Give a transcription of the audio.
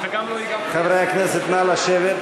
חברי הכנסת, נא לשבת.